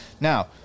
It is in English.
Now